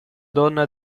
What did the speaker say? donna